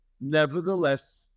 Nevertheless